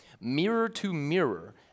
mirror-to-mirror